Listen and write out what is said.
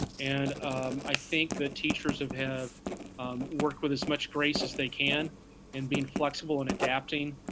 and i think the teachers have have worked with as much grace as they can and being flexible and adapting.